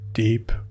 Deep